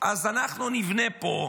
אז אנחנו נבנה פה,